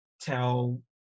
tell